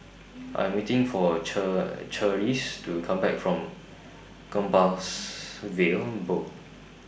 I'm waiting For Cheer Cherise to Come Back from Compassvale Bow